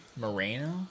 Moreno